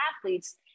athletes